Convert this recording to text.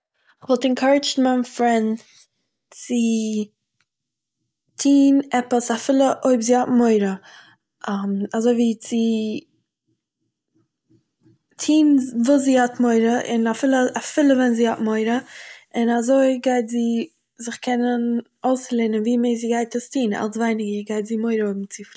איך וואלט ענקארידזשד מיין פרענד צו טון עפעס אפילו אויב זי האט מורא, אזוי וואו צו טון וואס זי האט מורא, און אפילו אפילו ווען זי האט מורא. און אזוי גייט זי זיך קענען אויסלערנען וואו מער זי גייט עס טון אלס ווייניגער גייט זי מורא האבן צו פליען.